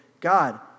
God